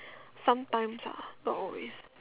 sometimes ah not always